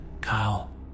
Kyle